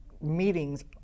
meetings